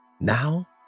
Now